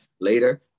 later